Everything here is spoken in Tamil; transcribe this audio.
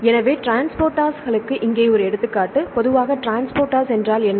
எனவே ட்ரான்ஸ்போர்ட்ஸ்ர்ஸ்க்கு இங்கே ஒரு எடுத்துக்காட்டு பொதுவாக டிரான்ஸ்போர்ட்டர் என்றால் என்ன